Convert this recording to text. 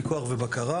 פיקוח ובקרה